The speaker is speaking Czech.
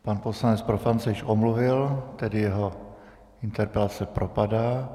Pan poslanec Profant se již omluvil, tedy jeho interpelace propadá.